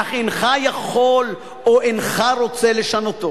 אך אינך יכול או אינך רוצה לשנותו.